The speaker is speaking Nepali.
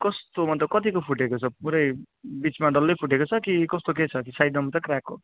कस्तो मतलब कतिको फुटेको छ पुरै बिचमा डल्लै फुटेको छ कि कस्तो के छ कि साइडमा मात्रै क्र्याक हो